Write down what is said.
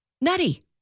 nutty